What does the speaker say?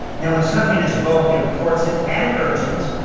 now, when something is both important and urgent,